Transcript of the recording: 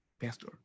pastor